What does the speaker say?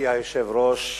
מכובדי היושב-ראש,